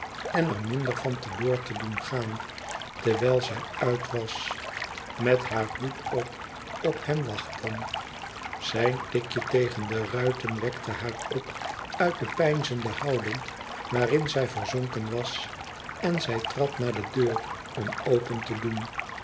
en er minder van te loor te doen gaan terwijl zij uit was met haar hoed op op hem wachten zijn tikje tegen de ruiten wekte haar op uit de peinzende houding waarin zij verzonken was en zij trad naar de deur om open te doen